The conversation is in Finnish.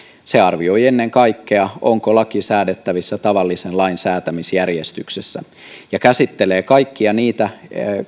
se arvioi ennen kaikkea onko laki säädettävissä tavallisen lain säätämisjärjestyksessä ja käsittelee kaikkia niitä